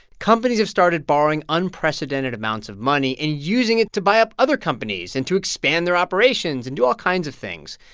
companies have started borrowing unprecedented amounts of money and using it to buy up other companies and to expand their operations and do all kinds of things.